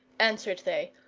answered they.